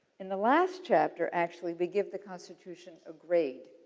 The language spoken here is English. in the last chapter, actually, we give the constitution a grade.